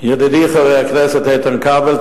ידידי חבר הכנסת איתן כבל,